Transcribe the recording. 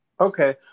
okay